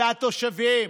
זה התושבים,